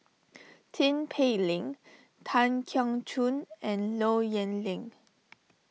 Tin Pei Ling Tan Keong Choon and Low Yen Ling